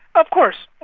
of course,